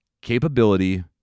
capability